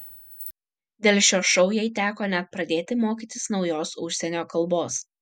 dėl šio šou jai teko net pradėti mokytis naujos užsienio kalbos